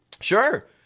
Sure